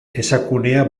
esakunea